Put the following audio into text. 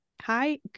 hi